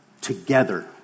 together